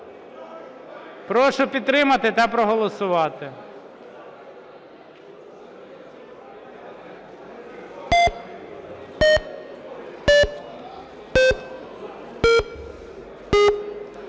Прошу підтримати та проголосувати?